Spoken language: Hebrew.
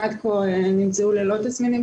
עד כה נמצאו ללא תסמינים,